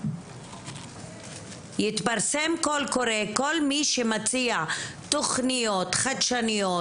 כל מי שמציע תכניות חדשניות,